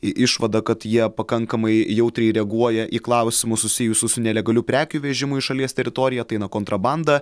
i išvadą kad jie pakankamai jautriai reaguoja į klausimus susijusius su nelegaliu prekių vežimu į šalies teritoriją tai na kontrabanda